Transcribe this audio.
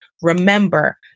Remember